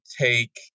take